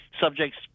subjects